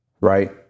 right